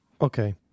Okay